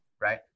right